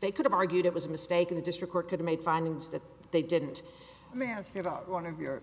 they could've argued it was a mistake of the district court to make findings that they didn't mance hear about one of your